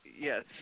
yes